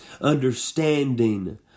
understanding